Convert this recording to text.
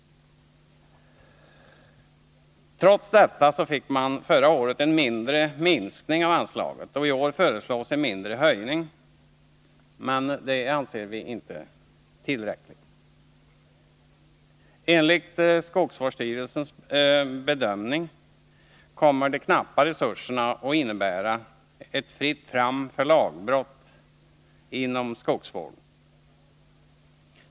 Trots detta fick man förra året en mindre nedskärning av anslaget. I år föreslås en mindre höjning, men detta är inte tillräckligt. Enligt skogsvårdsstyrelsens bedömning kommer de knappa resurserna att innebära fritt fram för lagbrott i skogsvården.